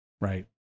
right